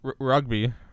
rugby